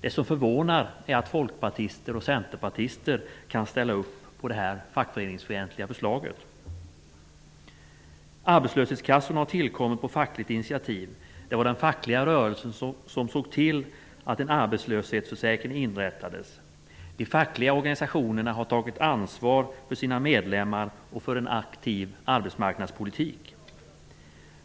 Det som förvånar är att folkpartister och centerpartister kan ställa sig bakom detta fackföreningsfientliga förslag. Arbetslöshetskassorna har tillkommit på fackligt initiativ. Det var den fackliga rörelsen som såg till att en arbetslöshetsförsäkring inrättades. De fackliga organisationerna har tagit ansvar för sina medlemmar och för en aktiv arbetsmarknadspolitik.